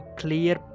clear